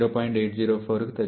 804కి తగ్గింది